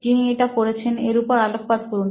যিনি এটা করেছেন এর উপর আলোকপাত করুন